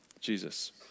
Jesus